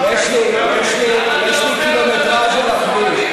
יש לי קילומטרז' על הכביש.